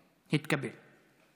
התקבל.